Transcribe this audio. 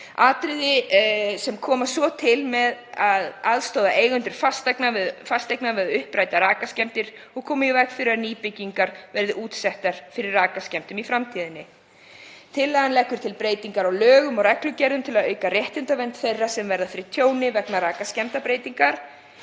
atriði sem koma svo til með að aðstoða eigendur fasteigna við að uppræta rakaskemmdir og koma í veg fyrir að nýbyggingar verði útsettar fyrir rakaskemmdum í framtíðinni. Með tillögunni eru lagðar til breytingar á lögum og reglugerðum til að auka réttindavernd þeirra sem verða fyrir tjóni vegna rakaskemmda. Breytingarnar